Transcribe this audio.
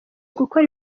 gukora